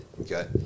Okay